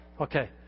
Okay